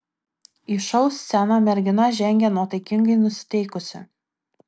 į šou sceną mergina žengė nuotaikingai nusiteikusi